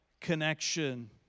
connection